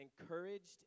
Encouraged